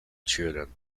children